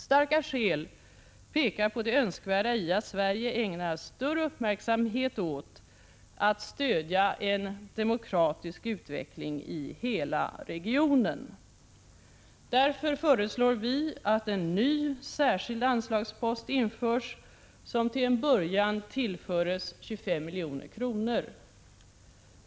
Starka skäl pekar på det önskvärda i att Sverige ägnar större uppmärksamhet åt att stödja en demokratisk utveckling i hela regionen. Därför föreslår vi att en ny särskild anslagspost införs, som till en början tillförs 25 milj.kr.